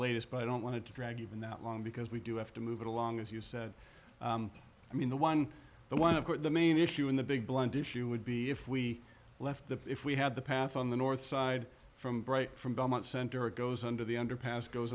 latest but i don't want to drag even that long because we do have to move it along as you said i mean the one the one of the main issue in the big blind issue would be if we left the if we had the path on the north side from bright from belmont center it goes under the underpass goes